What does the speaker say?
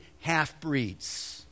half-breeds